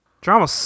Drama